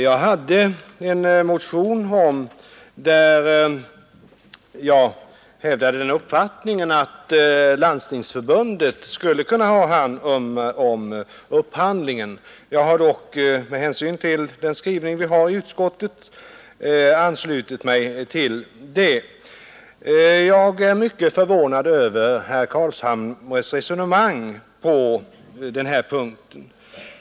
Jag hade väckt en motion, där jag hävdade uppfattningen att LIC skulle kunna ha hand om upphandlingen. Jag har dock kunnat ansluta mig till utskottsmajoritetens skrivning. Jag är mycket förvånad över herr Carlshamres resonemang på denna punkt.